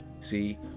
See